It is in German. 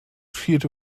schielte